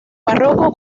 barroco